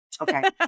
okay